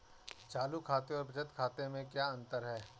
चालू खाते और बचत खाते में क्या अंतर है?